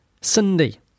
Cindy